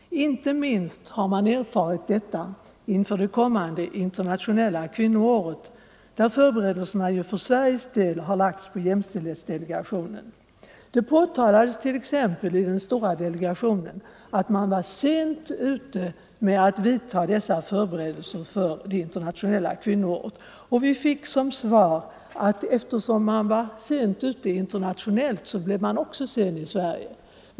Inte minst har man erfarit detta inför det kommande internationella kvinnoåret, där förberedelserna för Sveriges del lagts på jämställdhetsdelegationen. Det påtalades t.ex. i den stora delegationen att Sverige var sent ute med att vidta dessa förberedelser för det internationella kvinnoåret, men vi fick som svar att eftersom man var sent ute internationellt blev också förberedelserna försenade i Sverige.